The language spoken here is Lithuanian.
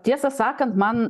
tiesą sakant man